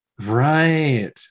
right